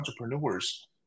entrepreneurs